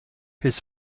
his